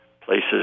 places